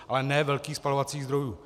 Ale ne velkých spalovacích zdrojů.